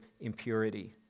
impurity